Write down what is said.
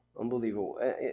unbelievable